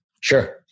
Sure